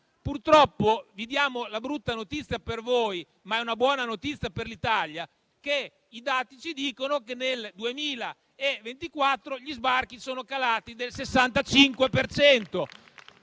Purtroppo, vi diamo quella che è una brutta notizia per voi, ma che è una buona notizia per l'Italia: i dati ci dicono che nel 2024 gli sbarchi sono calati del 65